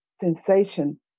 sensation